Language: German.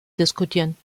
diskutieren